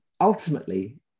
ultimately